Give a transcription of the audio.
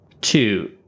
Two